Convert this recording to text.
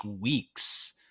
weeks